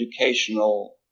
educational